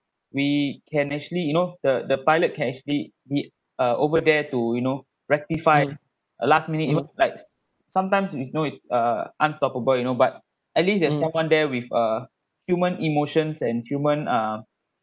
we can actually you know the the pilot can actually did uh over there to you know rectify uh last minute you know likes sometimes its we know it uh unstoppable you know but at least there's someone there with uh human emotions and human uh